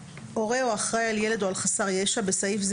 "הורה או אחראי על ילד או על חסר ישע (בסעיף זה